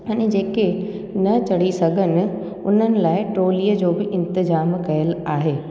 अने जेके न चढ़ी सघनि उन्हनि लाइ टोलीअ जो बि इंतिज़ामु कयलु आहे